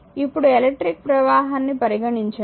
ఇప్పుడు ఎలక్ట్రిక్ ప్రవాహాన్ని పరిగణించండి